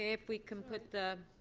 if we can put the